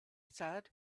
said